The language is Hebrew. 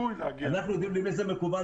אנחנו יודעים למי זה מכוון,